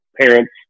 parents